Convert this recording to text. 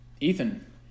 Ethan